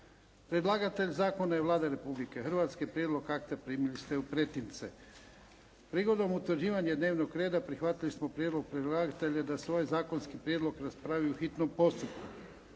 Predlagatelj zakona je Vlada Republike Hrvatske. Prijedlog akta primili ste u pretince. Prigodom utvrđivanja dnevnog reda prihvatili smo prijedlog predlagatelja da svoj zakonski prijedlog raspravi u hitnom postupku.